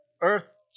earth